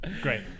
great